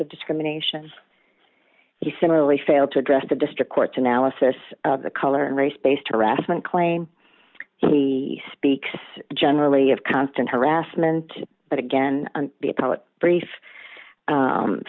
of discrimination as he similarly failed to address the district court's analysis of the color and race based harassment claim he speaks generally of constant harassment but again the appellate brief